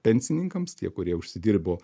pensininkams tie kurie užsidirbo